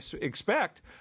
expect